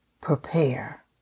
prepare